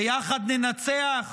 ביחד ננצח,